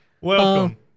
Welcome